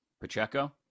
Pacheco